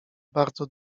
bardzo